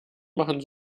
machen